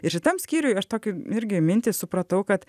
ir šitam skyriuj aš tokį irgi mintį supratau kad